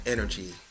Energy